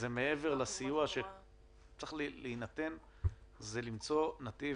מעבר לסיוע שצריך להינתן זה למצוא נציב